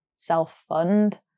self-fund